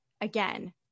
again